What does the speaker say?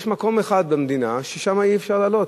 יש מקום במדינה ששם אי-אפשר לעלות,